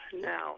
now